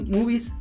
Movies